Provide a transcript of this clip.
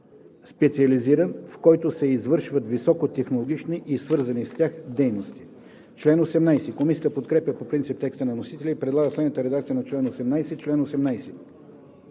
специализиран, в който се извършват високотехнологични и свързани с тях дейности.“ Комисията подкрепя по принцип текста на вносителя и предлага следната редакция на чл. 18: „Чл. 18.